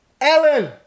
Ellen